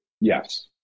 Yes